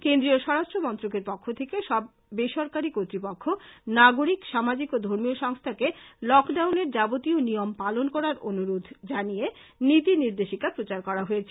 কেন্দ্রীয় সরাষ্ট্র মন্ত্রকের পক্ষ থেকে সব বেসরকারী কর্তৃপক্ষ নাগরিক সামাজিক ও ধর্মীয় সংস্থাকে লকডাউনের যাবতীয় নিয়ম পালন করার অনুরোধ জানিয়ে নীতিনির্দেশিকা প্রচার করা হয়েছে